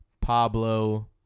Pablo